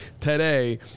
today